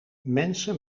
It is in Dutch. mensen